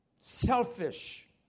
Selfish